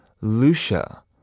Lucia